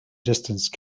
distance